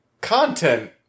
content